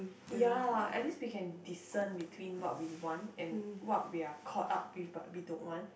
ya at least we can discern between what we want and what we are caught up with but we don't want